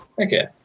Okay